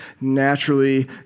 naturally